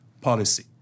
policy